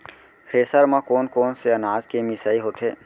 Thresher म कोन कोन से अनाज के मिसाई होथे?